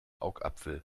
augapfel